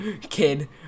kid